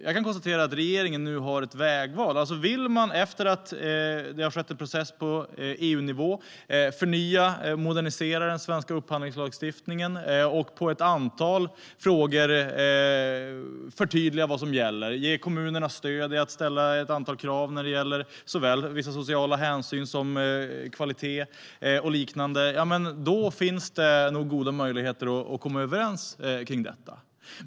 Jag kan konstatera att regeringen nu har ett vägval. Vill man, efter att det skett en process på EU-nivå, förnya och modernisera den svenska upphandlingslagstiftningen, förtydliga vad som gäller i ett antal frågor och ge kommunerna stöd i att ställa ett antal krav på såväl vissa sociala hänsyn som kvalitet och liknande, då finns det nog goda möjligheter att komma överens kring detta.